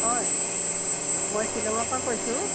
হয় মই শ্বিলঙৰ পৰা কৈছোঁ